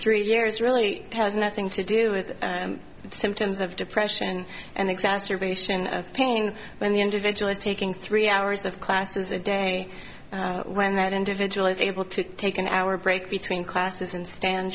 three years really has nothing to do with the symptoms of depression an exacerbation of pain when the individual is taking three hours of classes a day when that individual is able to take an hour break between classes and stand